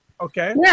Okay